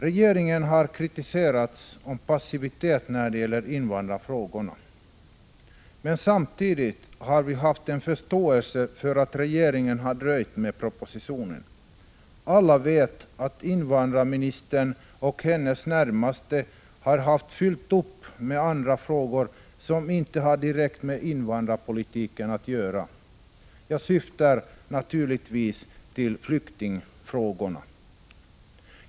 Regeringen har kritiserats för passivitet när det gäller invandrarfrågorna, men samtidigt har jag haft en viss förståelse för att regeringen har dröjt med propositionen. Alla vet vi att invandrarministern och hennes närmaste har haft fullt upp med andra frågor som inte har direkt med invandrarpolitiken att göra. Jag syftar naturligtvis på flyktingfrågorna.